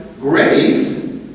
grace